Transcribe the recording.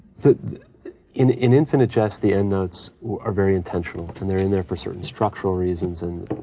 the in in infinite jest, the end notes are very intentional and they're in there for certain structural reasons and